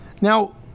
Now